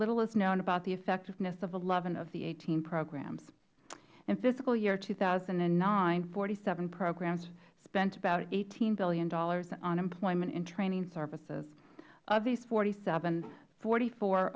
little is known about the effectiveness of eleven of the eighteen programs in fiscal year two thousand and nine forty seven programs spent about eighteen dollars billion on employment and training services of these forty seven forty four